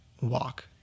walk